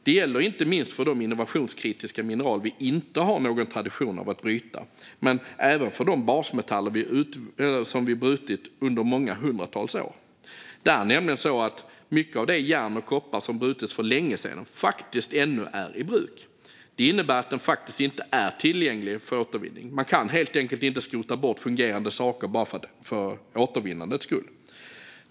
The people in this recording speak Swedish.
Det gäller inte minst för de innovationskritiska mineral vi inte har någon tradition av att bryta, men det gäller även för de basmetaller vi har brutit under många hundratals år. Det är nämligen så att mycket av det järn och den koppar som brutits för länge sedan faktiskt ännu är i bruk. Det innebär att den inte är tillgänglig för återvinning. Man kan helt enkelt inte skrota fungerande saker bara för återvinnandets skull.